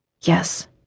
Yes